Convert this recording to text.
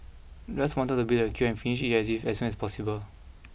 I just wanted to beat the queue and finish with it as soon as possible